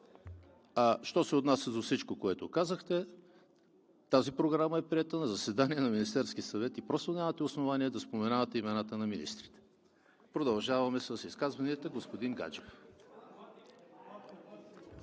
А що се отнася до всичко, което казахте, тази програма е приета на заседание на Министерски съвет и просто нямате основание да споменавате имената на министрите. Продължаваме с изказванията. Господин Гаджев.